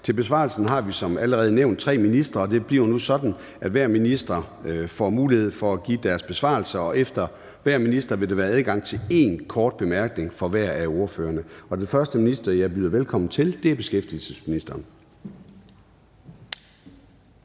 Til besvarelse har vi som allerede nævnt tre ministre, og det bliver nu sådan, at hver minister får mulighed for at give sin besvarelse, og efter hver minister vil der være adgang til én kort bemærkning fra hver af ordførerne. Og den første minister, jeg byder velkommen, er beskæftigelsesministeren.